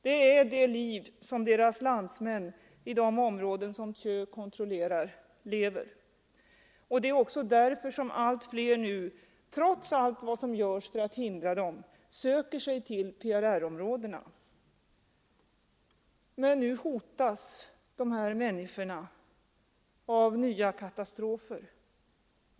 Det är det liv som deras landsmän i de områden som Thieu kontrollerar lever. Och det är också därför som allt fler nu, trots allt som görs för att hindra dem, söker sig till PRR-områdena. Men nu hotas dessa människor av nya katastrofer.